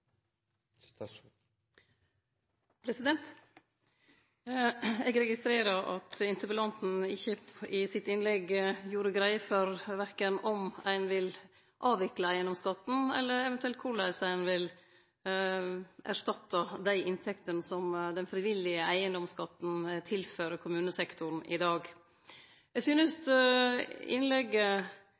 kommunene. Eg registrerer at interpellanten i innlegget sitt ikkje gjorde greie for om ein vil avvikle eigedomsskatten eller korleis ein eventuelt vil erstatte dei inntektene den frivillige eigedomsskatten tilfører kommunesektoren i dag. Eg synest innlegget